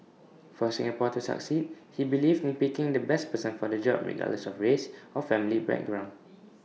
for Singapore to succeed he believed in picking the best person for the job regardless of race or family background